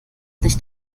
nicht